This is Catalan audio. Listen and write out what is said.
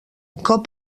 cop